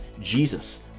Jesus